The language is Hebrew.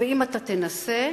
ואם תנסה,